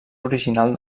original